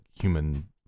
human